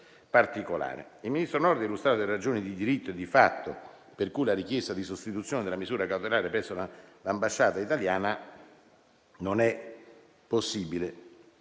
Il ministro Nordio ha illustrato le ragioni di diritto e di fatto, per cui la richiesta di sostituzione della misura cautelare presso l'ambasciata italiana non è possibile.